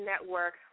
Network